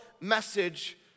message